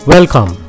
Welcome